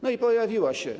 No i pojawiła się.